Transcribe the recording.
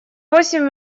восемь